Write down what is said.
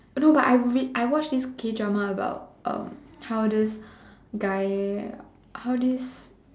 no but I read I watch this K-drama about um how this guy how this